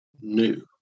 new